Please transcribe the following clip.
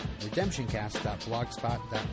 redemptioncast.blogspot.com